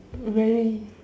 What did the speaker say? very